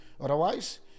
Otherwise